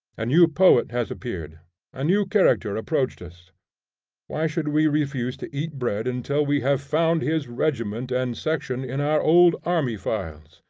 a new poet has appeared a new character approached us why should we refuse to eat bread until we have found his regiment and section in our old army-files?